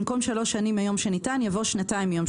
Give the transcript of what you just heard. במקום "3 ימים" יבוא "3 ימי עסקים".